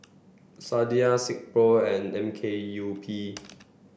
Sadia Silkpro and M K U P